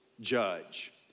judge